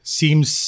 seems